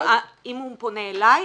אם הוא פונה אלי,